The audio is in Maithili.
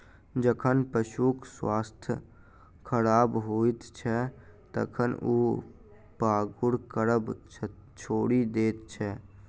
जखन पशुक स्वास्थ्य खराब होइत छै, तखन ओ पागुर करब छोड़ि दैत छै